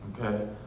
okay